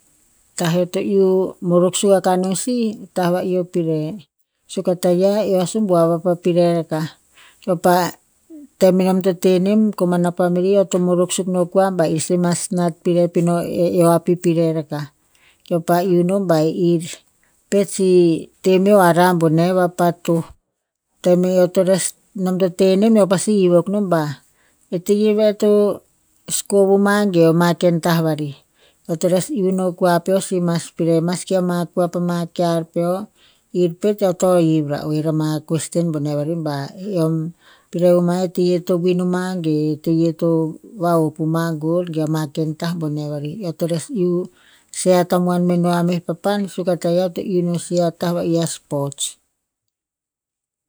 Tah eo to iuh morok suk akah no sih, ta va'i o pireh. Suk a taiah eo a sumbuav po pilreh rakah eo pa, tem enom to tenem komana pamili eo to morok suk no kua ba i sih mas nat pireh pinoh eh eo a pipireh rakah. Eo pa iuh no ba ir pet sih teh meo harah boneh va pa toh. Tem eo to nes, nom to teh nem eo pasi hiv akuh nom ba, e teieh veh to sko vo ma ge ma ken tah vari. Eo to nes iuh no kua peo sih mas pireh, mask ama kua pa ma kear peo. Ir pet eo to hiv ra oer ama question boneh ba, eom pireh a ama eteieh to win o ma. Ge eteieh to va hop o ma gol, ge ama ken tah boneh vari. Eo to nes iuh share tamuan non ya meh papan. Suk a taiah eo to iuh no sih a ta va'i, a sports.